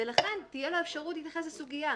ולכן תהיה לו אפשרות להתייחס לסוגיה.